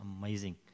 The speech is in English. amazing